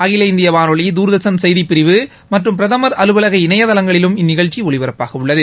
அகில இந்திய வானொலி தூர்தர்ஷன் செய்திப்பிரிவு மற்றும் பிரதமர் அலுவலக இணையதளங்களிலும் இந்நிகழ்ச்சி ஒலிபரப்பாகவுள்ளது